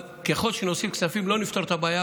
אבל ככל שנוסיף כספים לא נפתור את הבעיה,